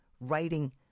writing